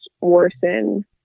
worsen